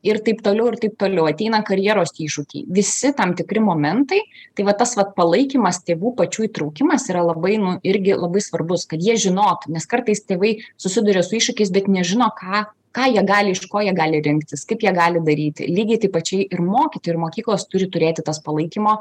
ir taip toliau ir taip toliau ateina karjeros iššūkiai visi tam tikri momentai tai va tas vat palaikymas tėvų pačių įtraukimas yra labai nu irgi labai svarbus kad jie žinotų nes kartais tėvai susiduria su iššūkiais bet nežino ką ką jie gali iš ko jie gali rinktis kaip jie gali daryti lygiai taip pačiai ir mokyti ir mokyklos turi turėti tas palaikymo